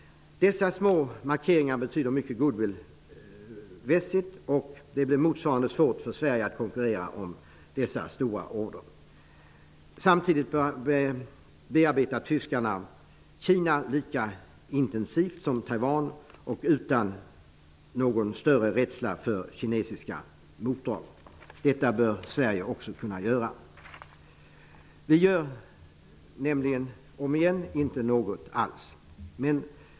Dessa små markeringar betyder mycket för deras ''goodwill''. Det blir svårt för Sverige att konkurrera om dessa stora order. Samtidigt bearbetar tyskarna Kina lika intensivt som de bearbetar Taiwan utan någon större rädsla för kinesiska motdrag. Detta bör Sverige också kunna göra. Vi gör ju återigen inte något alls.